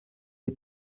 ait